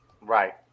right